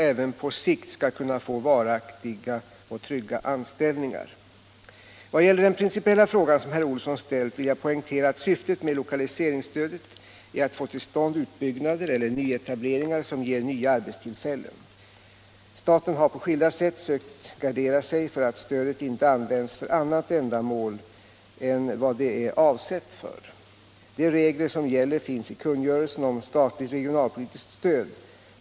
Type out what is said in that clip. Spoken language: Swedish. vissa fall När det gäller den principiella fråga som herr Olsson ställt vill jag poängtera att syftet med lokaliseringsstödet är att få ull stånd utbyggnader eller nyetableringar som ger nya arbetstillfällen. Staten har på skilda sätt sökt gardera sig för att stödet inte används för annat ändamål än vad det är tiskt stöd.